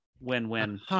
win-win